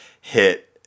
hit